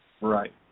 Right